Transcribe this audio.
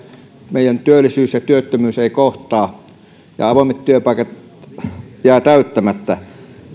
meidän työllisyys ja työttömyys eivät kohtaa ja avoimet työpaikat jäävät täyttämättä